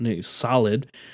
solid